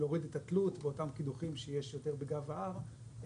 להוריד את התלות באותם קידוחים שיש יותר בגב ההר,